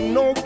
no